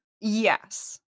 Yes